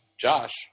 Josh